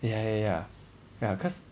ya ya ya ya cause